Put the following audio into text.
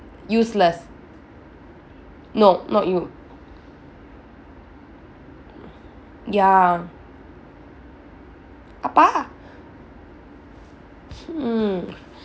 useless no not you ya ah pa mm